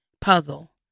puzzle